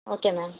okay ma'am